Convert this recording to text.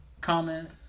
Comment